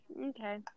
okay